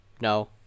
no